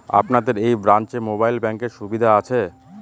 আপনাদের এই ব্রাঞ্চে মোবাইল ব্যাংকের সুবিধে আছে?